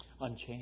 unchanged